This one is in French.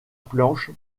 planche